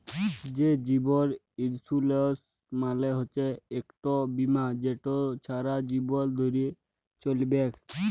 যে জীবল ইলসুরেলস মালে হচ্যে ইকট বিমা যেট ছারা জীবল ধ্যরে চ্যলবেক